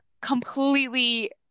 completely